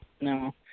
No